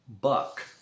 Buck